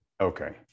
Okay